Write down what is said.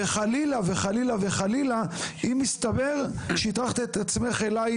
וחלילה וחלילה וחלילה אם יסתבר שהטרחת את עצמך אליי,